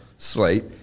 Slate